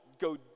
go